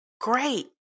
great